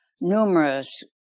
numerous